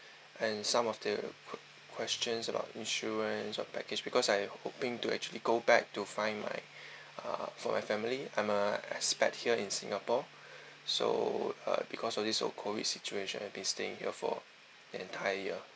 and some of the que~ questions about insurance or package because I hoping to actually go back to find my uh for my family I'm a expat here in singapore so uh because of this so COVID situation I'll be staying here for the entire year